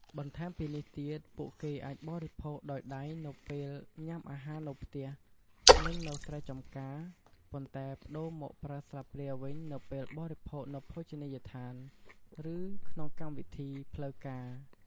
បន្ថែមពីនេះទៀត ពួកគេអាចបរិភោគដោយដៃនៅពេលញ៉ាំអាហារនៅផ្ទះ និងនៅស្រែចម្ការ ប៉ុន្តែប្តូរមកប្រើស្លាបព្រាវិញនៅពេលបរិភោគនៅភោជនីយដ្ឋាន ឬក្នុងកម្មវិធីផ្លូវការ។